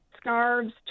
scarves